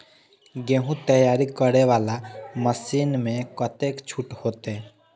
गेहूं तैयारी करे वाला मशीन में कतेक छूट होते?